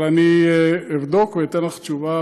אבל אני אבדוק ואתן לך תשובה,